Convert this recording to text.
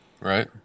Right